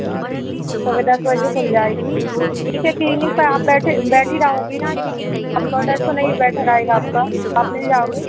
सुबह दस बजे खुल जाएगी ठीक है क्लीनिक पर आप बैठे बैठी रहोगी ना कि कम्पाउडर तो नहीं बैठा रहेगा आपका आप मिल जाओगे